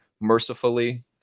mercifully